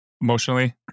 emotionally